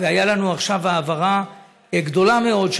והייתה לנו עכשיו העברה גדולה מאוד של